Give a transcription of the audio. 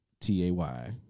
T-A-Y